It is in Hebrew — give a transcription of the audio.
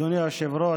אדוני היושב-ראש,